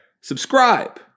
subscribe